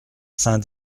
saint